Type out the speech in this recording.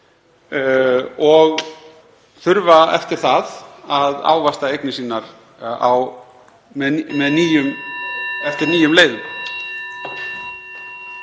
og þurfa eftir það að ávaxta eignir sínar eftir nýjum leiðum.